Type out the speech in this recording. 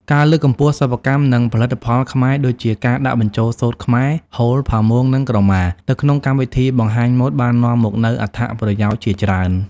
ការលើកកម្ពស់សិប្បកម្ម និងផលិតផលខ្មែរ ដូចជាការដាក់បញ្ចូលសូត្រខ្មែរ ហូល ផាមួង និងក្រមា ទៅក្នុងកម្មវិធីបង្ហាញម៉ូដបាននាំមកនូវអត្ថប្រយោជន៍ជាច្រើន។